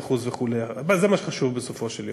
מה-17% וכו', אבל זה מה שחשוב בסופו של יום.